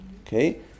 Okay